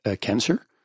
cancer